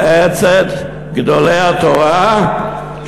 מועצת גדולי התורה,